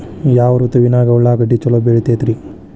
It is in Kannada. ಯಾವ ಋತುವಿನಾಗ ಉಳ್ಳಾಗಡ್ಡಿ ಛಲೋ ಬೆಳಿತೇತಿ ರೇ?